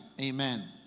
Amen